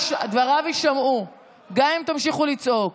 אני לא שומע.